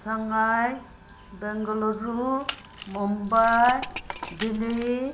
Sangai Bengaluru Mumbai Delhi